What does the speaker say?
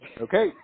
Okay